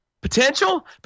Potential